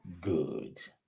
good